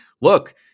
look